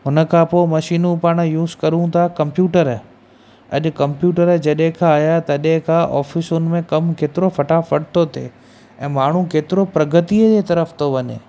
हुन खां पोइ मशीनूं पाणि यूस करूं था कमप्यूटर अॼु कमप्यूटर जॾहिं खां आहियां तॾहिं खां ऑफ़ीसुनि में कमु केतिरो फ़टाफ़ट थो थिए ऐं माण्हू केतिरो प्रगतिअ तरफ़ थो वञे